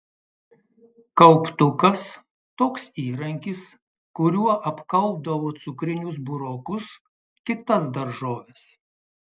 kauptukas toks įrankis kuriuo apkaupdavo cukrinius burokus kitas daržoves